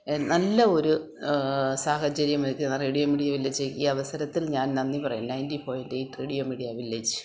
നല്ല ഒരു സാഹചര്യം ഒരുക്കിത്തന്ന റേഡിയോ മീഡിയ വില്ലേജ് ഈ അവസരത്തിൽ ഞാൻ നന്ദി പറയുന്നു ninety point eight radio media village